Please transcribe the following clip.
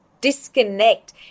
disconnect